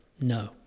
no